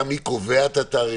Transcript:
גם מי קובע את התאריכים,